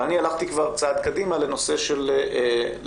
ואני הלכתי כבר צעד קדימה לנושא של למינאריות